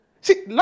See